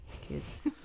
kids